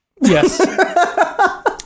Yes